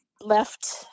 left